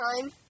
time